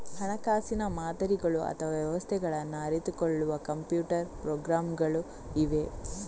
ಹಣಕಾಸಿನ ಮಾದರಿಗಳು ಅಥವಾ ವ್ಯವಸ್ಥೆಗಳನ್ನ ಅರಿತುಕೊಳ್ಳುವ ಕಂಪ್ಯೂಟರ್ ಪ್ರೋಗ್ರಾಮುಗಳು ಇವೆ